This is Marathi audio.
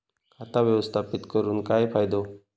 खाता व्यवस्थापित करून काय फायदो?